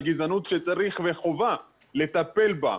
על גזענות שצריך וחובה לטפל בה.